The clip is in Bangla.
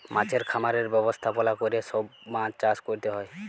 মাছের খামারের ব্যবস্থাপলা ক্যরে সব মাছ চাষ ক্যরতে হ্যয়